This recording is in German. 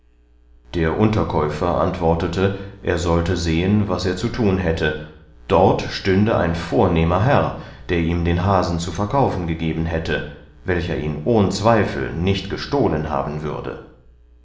der unterkäufer antwortete er sollte sehen was er zu tun hätte dort stünde ein vornehmer herr der ihm den hasen zu verkaufen geben hätte welcher ihn ohn zweifel nicht gestohlen haben würde